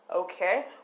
Okay